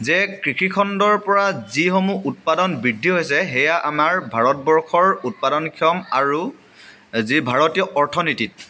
যে কৃষিখণ্ডৰ পৰা যিসমূহ উৎপাদন বৃদ্ধি হৈছে সেয়া আমাৰ ভাৰতবৰ্ষৰ উৎপাদনক্ষম আৰু যি ভাৰতীয় অৰ্থনীতিত